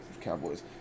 Cowboys